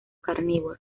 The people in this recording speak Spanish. carnívoro